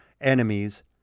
enemies